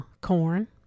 corn